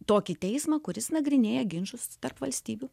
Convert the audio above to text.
tokį teismą kuris nagrinėja ginčus tarp valstybių